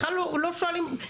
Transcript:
בכלל לא שואלים,